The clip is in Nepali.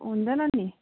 हुँदैन नि